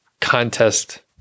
Contest